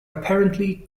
apparently